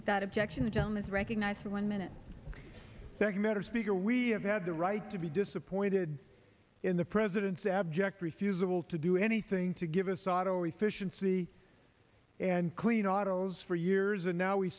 without objection to jonah's recognize for one minute segment or speaker we have had the right to be disappointed in the president's abject refusal to do anything to give us auto efficiency and clean autos for years and now we